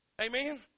Amen